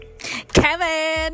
Kevin